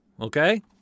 Okay